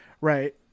right